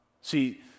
see